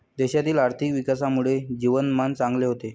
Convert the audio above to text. देशातील आर्थिक विकासामुळे जीवनमान चांगले होते